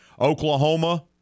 Oklahoma